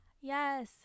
Yes